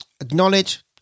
acknowledge